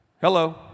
Hello